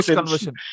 conversion